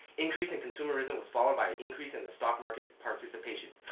increase in consumerism was followed by an increase in the stock market participation.